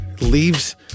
leaves